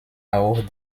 auch